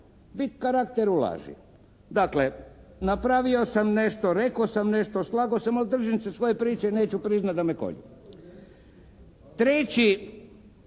biti karakter u laži. Dakle napravio sam nešto, rekao sam nešto, slago sam, ali držim se svoje priče i neću priznati da me kolju. Treći